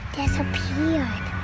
disappeared